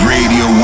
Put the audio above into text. Radio